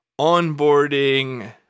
onboarding